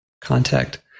contact